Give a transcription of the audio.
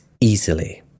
easily